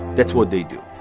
that's what they do.